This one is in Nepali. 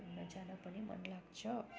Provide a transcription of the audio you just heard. घुम्न जान पनि मन लाग्छ